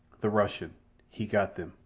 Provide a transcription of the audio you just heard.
the russian he got them,